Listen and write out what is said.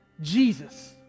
Jesus